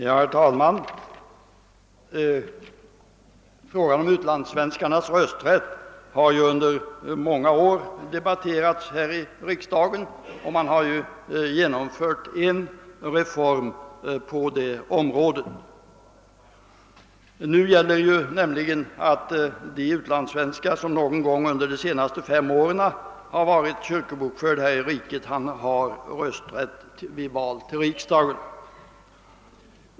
Herr talman! Frågan om utlandssvenskarnas rösträtt har under många år debatterats här i riksdagen, och en reform har också kunnat genomföras. Nu gäller nämligen att de utlandssvenskar som någon gång under de senaste fem åren varit kyrkobokförda här i riket har rösträtt vid val till riksdagen.